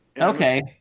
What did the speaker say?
Okay